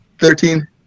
Thirteen